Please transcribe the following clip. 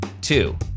Two